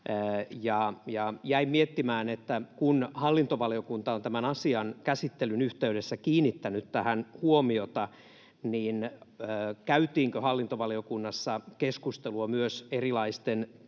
Jäin miettimään, että kun hallintovaliokunta on tämän asian käsittelyn yhteydessä kiinnittänyt tähän huomiota, niin käytiinkö hallintovaliokunnassa keskustelua myös erilaisten